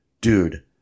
dude